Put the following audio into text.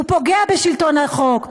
הוא פוגע בשלטון החוק.